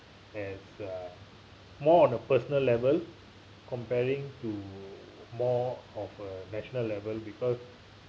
as uh more on a personal level comparing to more of a national level because